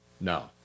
No